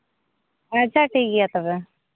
ᱟᱪᱪᱷᱟ ᱴᱷᱤᱠ ᱜᱮᱭᱟ ᱛᱚᱵᱮ